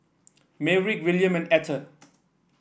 Maverick William and Etter